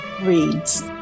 reads